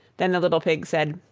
then the little pig said,